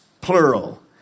plural